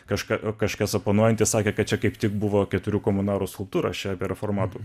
kažką o kažkas oponuojantis sakė kad čia kaip tik buvo keturių komunarų skulptūros šio apie reformatų